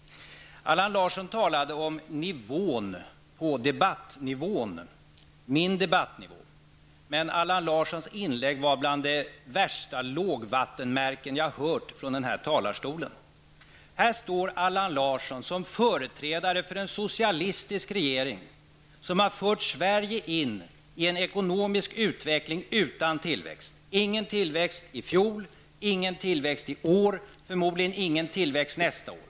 Allan Larsson talade om debattnivån, min debattnivå, men Allan Larssons inlägg hör till de värsta lågvattenmärken jag sett prov på från den här talarstolen. Här står Allan Larsson som företrädare för en socialistisk regering, som har fört Sverige in i en ekonomisk utveckling utan tillväxt -- ingen tillväxt i fjol, ingen tillväxt i år och förmodligen ingen tillväxt nästa år.